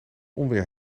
onweer